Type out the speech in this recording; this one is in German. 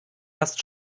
erst